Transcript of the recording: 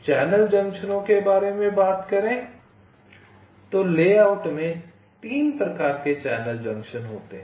channel जंक्शनों के बारे में बात बात करें तो लेआउट में 3 प्रकार के चैनल जंक्शन होते हैं